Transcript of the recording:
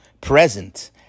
present